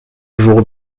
jour